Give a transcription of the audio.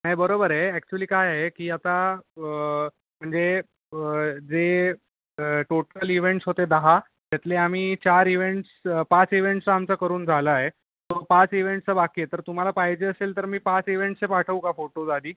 नाही बरोबर आहे अॅक्च्युली काय आहे की आता म्हणजे जे टोटल इव्हेंट्स होते दहा त्यातले आम्ही चार इव्हेंट्स पाच इव्हेंट्सचं आमचं करून झालं आहे सो पाच इव्हेंट्सचं बाकी आहे तर तुम्हाला पाहिजे असेल तर मी पाच इव्हेंट्सचे पाठवू का फोटोज आधी